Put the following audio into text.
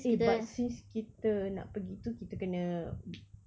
but since kita nak pergi tu kita kena